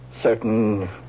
certain